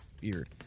beard